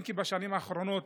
אם כי בשנים האחרונות,